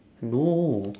no